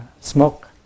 smoke